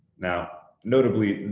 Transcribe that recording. now, notably,